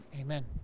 amen